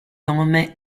nome